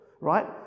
Right